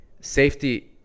safety